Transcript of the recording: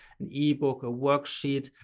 an ebook or worksheet,